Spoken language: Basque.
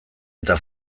eta